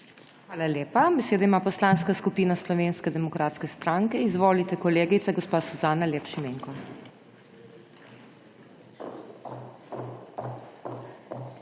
Hvala lepa. Besedo ima Poslanska skupina Slovenske demokratske stranke. Izvolite, kolegica gospa Suzana Lep Šimenko.